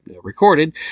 recorded